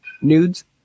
nudes